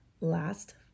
last